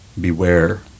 Beware